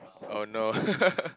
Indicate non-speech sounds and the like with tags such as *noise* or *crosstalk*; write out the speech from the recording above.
oh no *laughs*